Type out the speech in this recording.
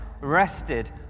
rested